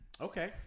Okay